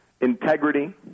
integrity